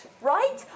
right